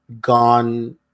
gone